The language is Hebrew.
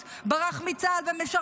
הוא ברח מהציונות, ברח מצה"ל וממשרתיו.